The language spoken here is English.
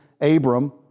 Abram